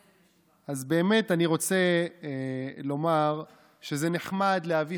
אז באמת אני רוצה לומר שזה נחמד להביא